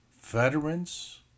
veterans